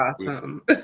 awesome